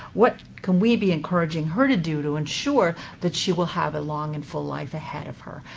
what can we be encouraging her to do to ensure that she will have a long and full life ahead of her?